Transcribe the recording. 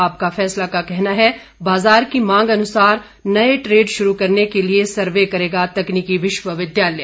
आपका फैसला का कहना है बाजार की मांग अनुसार नए ट्रेड शुरू करने के लिए सर्वे करेगा तकनीकी विश्वविद्यालय